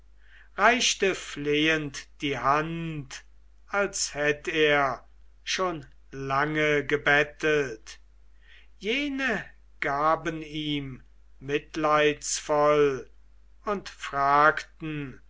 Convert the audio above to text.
reichte flehend die hand als hätt er schon lange gebettelt jene gaben ihm mitleidsvoll und fragten